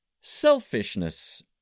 Selfishness